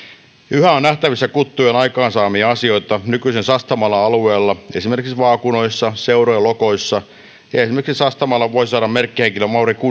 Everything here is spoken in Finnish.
yhä on nähtävissä kuttujen aikaansaamia asioita nykyisen sastamalan alueella esimerkiksi vaakunoissa seurojen logoissa ja esimerkiksi sastamalan vuosisadan merkkihenkilön mauri kunnaksen